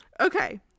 Okay